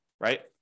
right